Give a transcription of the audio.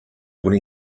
when